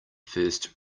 first